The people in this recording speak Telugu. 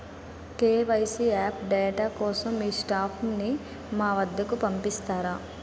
కే.వై.సీ అప్ డేట్ కోసం మీ స్టాఫ్ ని మా వద్దకు పంపిస్తారా?